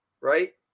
right